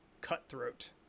cutthroat